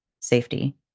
safety